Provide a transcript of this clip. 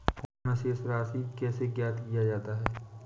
Phone से शेष राशि कैसे ज्ञात किया जाता है?